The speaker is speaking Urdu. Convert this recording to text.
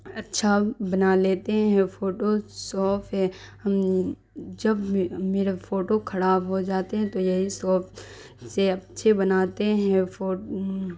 اچھا بنا لیتے ہیں فوٹو شاپ ہے ہم جب بھی میرا فوٹو خراب ہو جاتے ہیں تو یہی شاپ سے اچھے بناتے ہیں